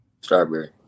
Strawberry